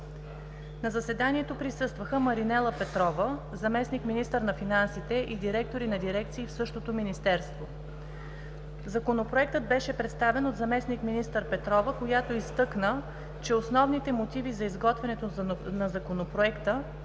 На заседанието присъстваха: Маринела Петрова – заместник-министър на финансите и директори на дирекции в същото министерство. Законопроектът беше представен от заместник-министър Петрова, която изтъкна, че основните мотиви за изготвянето на Законопроекта